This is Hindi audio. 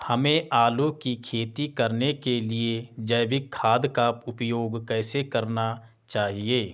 हमें आलू की खेती करने के लिए जैविक खाद का उपयोग कैसे करना चाहिए?